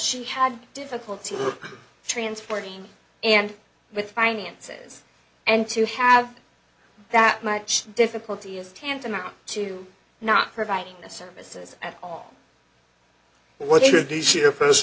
she had difficulty transporting and with finances and to have that much difficulty is tantamount to not providing the services at all what is your first